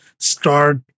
start